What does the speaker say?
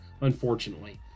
unfortunately